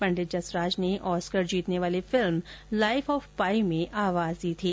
पंडित जसराज ने ऑस्कर जीतने वाली फिल्म लाइफ ऑफ पाई में आवाज दी थी